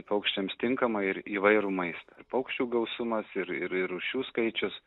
paukščiams tinkamą ir įvairų maistą ir paukščių gausumas ir ir rūšių skaičius